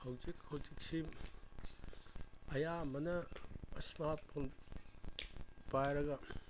ꯍꯧꯖꯤꯛ ꯍꯧꯖꯤꯛꯁꯤ ꯑꯌꯥꯝꯕꯅ ꯏꯁꯃꯥꯔꯠ ꯐꯣꯟ ꯄꯥꯏꯔꯒ